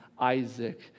Isaac